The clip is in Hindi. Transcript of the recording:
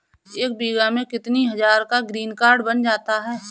एक बीघा में कितनी हज़ार का ग्रीनकार्ड बन जाता है?